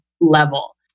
level